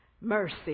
Mercy